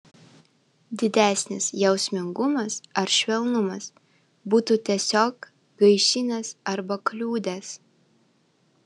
didesnis jausmingumas ar švelnumas būtų tiesiog gaišinęs arba kliudęs